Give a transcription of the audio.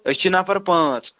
أسۍ چھِ نَفَر پانٛژھ